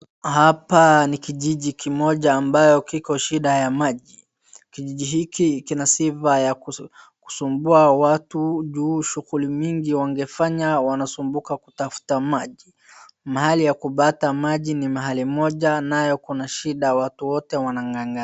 Hapa ni kijiji kimoja ambayo kiko shida ya maji. Kijiji hiki kina sifa ya kusumbua watu kuhusu shughuli mingi wagefanya wanasumbuka kutafuta maji. Mahali ya kupata maji ni mahali moja nayo kuna shida, watu wote wanang'ang'ania.